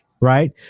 right